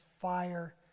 fire